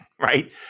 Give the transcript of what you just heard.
right